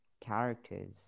characters